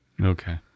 Okay